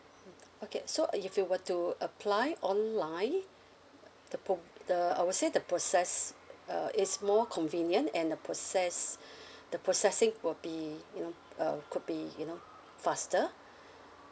mm okay so uh if you were to apply online the pro~ the I would say the process uh is more convenient and the process the processing will be you know uh could be you know faster